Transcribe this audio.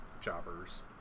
jobbers